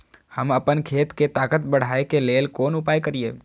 हम आपन खेत के ताकत बढ़ाय के लेल कोन उपाय करिए?